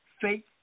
Fake